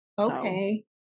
Okay